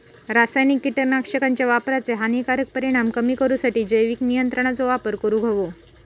रासायनिक कीटकनाशकांच्या वापराचे हानिकारक परिणाम कमी करूसाठी जैविक नियंत्रणांचो वापर करूंक हवो